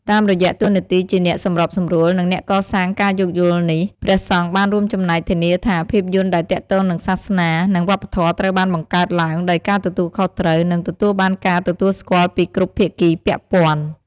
តាមរយៈតួនាទីជាអ្នកសម្របសម្រួល និងអ្នកកសាងការយោគយល់នេះ ព្រះសង្ឃបានរួមចំណែកធានាថា ភាពយន្តដែលទាក់ទងនឹងសាសនា និងវប្បធម៌ត្រូវបានបង្កើតឡើងដោយការទទួលខុសត្រូវ និងទទួលបានការទទួលស្គាល់ពីគ្រប់ភាគីពាក់ព័ន្ធ។